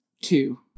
two